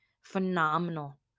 phenomenal